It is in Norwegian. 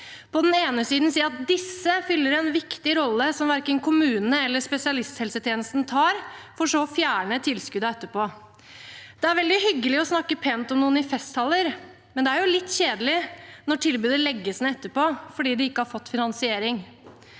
på den ene siden si at disse fyller en viktig rolle som verken kommunene eller spesialisthelsetjenesten tar, for så å fjerne tilskuddene etterpå. Det er veldig hyggelig å snakke pent om noen i festtaler, men det er litt kjedelig når tilbudet legges ned etterpå fordi det ikke har fått finansiering.